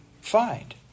find